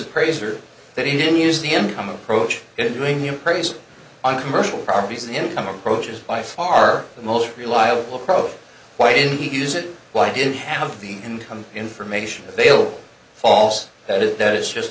appraiser that he didn't use the end approach doing him preys on commercial properties in some approaches by far the most reliable approach why didn't he use it why didn't he have the income information available false that is that it's just